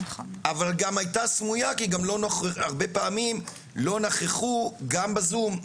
אבל גם היתה סמויה כי הרבה פעמים לא נכחו גם בזום.